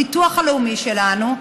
הביטוח הלאומי שלנו,